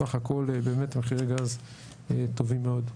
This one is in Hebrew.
סך הכול באמת מחירי גז טובים מאוד.